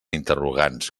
interrogants